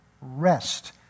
rest